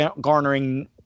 garnering